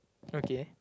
okay